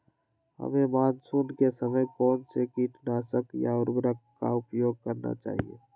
हमें मानसून के समय कौन से किटनाशक या उर्वरक का उपयोग करना चाहिए?